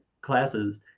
classes